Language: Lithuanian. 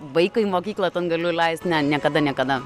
vaiką į mokyklą ten galiu leist ne niekada niekada